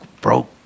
broke